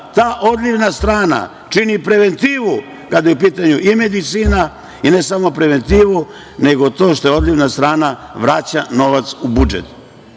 ta odlivna strana čini preventivu kada je u pitanju i medicina, ne smo preventivu nego to što odlivna strana vraća novac u budžet.